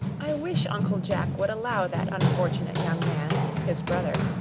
i wish uncle jack would allow that unfortunate young man, his brother,